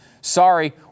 Sorry